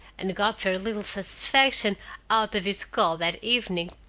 and got very little satisfaction out of his call that evening,